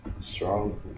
Strong